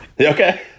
Okay